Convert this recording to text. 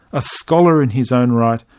a scholar in his own right,